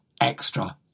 extra